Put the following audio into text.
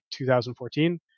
2014